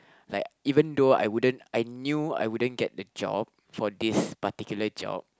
like even though I wouldn't I knew I wouldn't get the job for this particular job